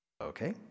okay